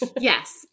Yes